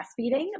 breastfeeding